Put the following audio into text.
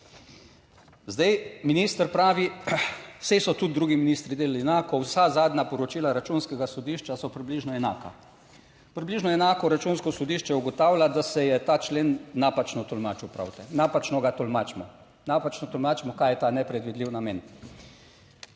bilo. Minister pravi, saj so tudi drugi ministri delali enako. Vsa zadnja poročila Računskega sodišča so približno enaka. Približno enako Računsko sodišče ugotavlja, da se je ta člen napačno tolmačil, pravite, napačno ga tolmačimo, napačno tolmačimo kaj je ta nepredvidljiv namen.